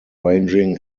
ranging